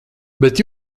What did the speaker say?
bet